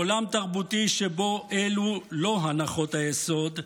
בעולם תרבותי שבו אלו לא הנחות היסוד,